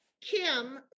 Kim